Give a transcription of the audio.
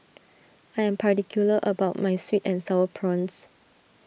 I am particular about my Sweet and Sour Prawns